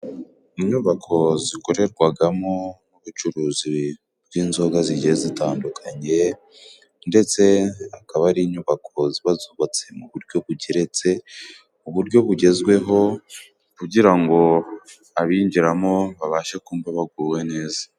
Inyubako zikorerwagamo ubucuruzi bw'inzoga zigiye zitandukanye, ndetse akaba ari inyubako ziba zubatse mu buryo bugeretse ku buryo bugezweho ,kugira ngo abinjiramo babashe kumva baguwe neza.